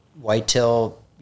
whitetail